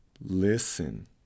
Listen